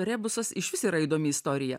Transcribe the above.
rebusas išvis yra įdomi istorija